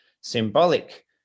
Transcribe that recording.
symbolic